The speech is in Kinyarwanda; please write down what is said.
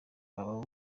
mwaba